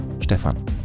Stefan